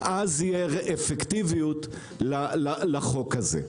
אז יהיה אפקטיביות לחוק הזה.